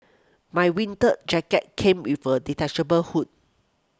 my winter jacket came with a detachable hood